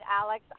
Alex